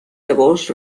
llavors